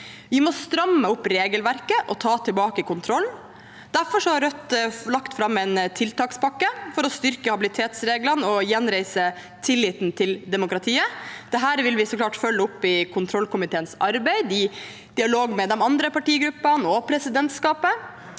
Vi må stramme opp regelverket og ta tilbake kontrollen. Derfor har Rødt lagt fram en tiltakspakke for å styrke habilitetsreglene og gjenreise tilliten til demokratiet. Dette vil vi så klart følge opp i kontrollkomiteens arbeid, i dialog med de andre partigruppene og presidentskapet.